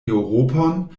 eŭropon